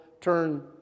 turn